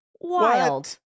Wild